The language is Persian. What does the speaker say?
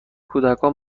کودکان